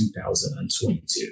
2022